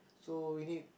so we need